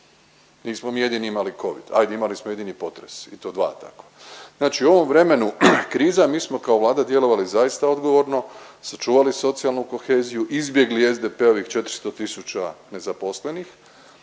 Nismo mi jedini imali covid, ajd imali smo jedini potres i to dva takva. Znači u ovom vremenu kriza mi smo kao Vlada djelovali zaista odgovorno, sačuvali socijalnu koheziju, izbjegli SDP-ovih 400 tisuća nezaposlenih,